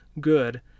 good